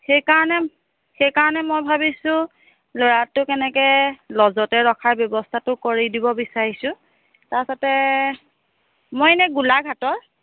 সেইকাৰণে সেইকাৰণে মই ভাবিছোঁ ল'ৰাটোক এনেকৈ ল'জতে ৰখাৰ ব্যৱস্থাটো কৰি দিব বিচাৰিছোঁ তাৰপাছতে মই এনেই গোলাঘাটৰ